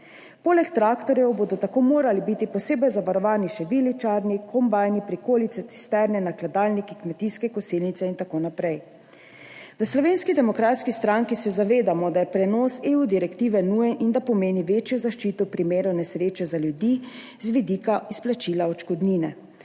Poleg traktorjev bodo tako morali biti posebej zavarovani še viličarji, kombajni, prikolice, cisterne, nakladalniki, kmetijske kosilnice in tako naprej. V Slovenski demokratski stranki se zavedamo, da je prenos direktive EU nujen in da pomeni večjo zaščito v primeru nesreče za ljudi z vidika izplačila odškodnine.